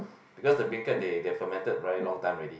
because the bean curd they they fermented very long time already